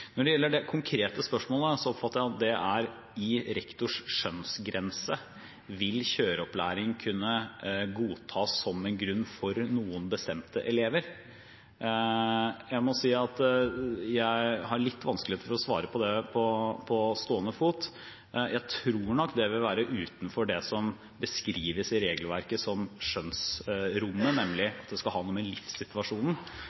Når det gjelder det konkrete spørsmålet, oppfatter jeg at det er i rektors skjønnsgrense: Vil kjøreopplæring kunne godtas som en grunn for noen bestemte elever? Jeg må si at jeg har litt vanskeligheter med å svare på det på stående fot. Jeg tror nok det vil være utenfor det som beskrives i regelverket som skjønnsrommet,